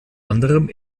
anderem